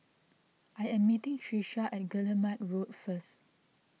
I am meeting Trisha at Guillemard Road first